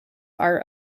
are